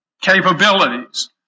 capabilities